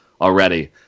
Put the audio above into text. already